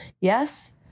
yes